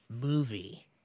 movie